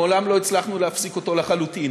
מעולם לא הצלחנו להפסיק אותו לחלוטין.